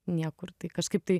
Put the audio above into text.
niekur tai kažkaip tai